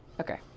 Okay